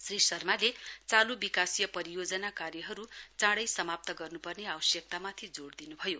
श्री शर्माले चालू विकासीय परियोजना कार्यहरू चाँडै समाप्त गर्नुपर्ने आवश्यकतामाथि जोड़ दिनुभयो